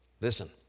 Listen